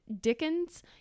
Dickens